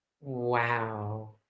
Wow